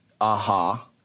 aha